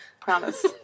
Promise